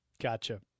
Gotcha